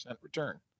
return